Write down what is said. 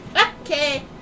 Okay